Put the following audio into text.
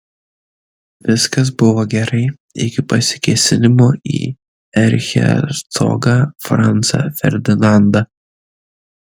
viskas buvo gerai iki pasikėsinimo į erchercogą francą ferdinandą